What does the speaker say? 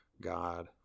God